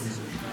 תתפלא.